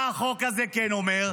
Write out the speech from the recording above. מה החוק הזה כן אומר?